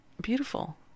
beautiful